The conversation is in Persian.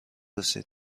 رسید